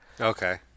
okay